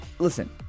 Listen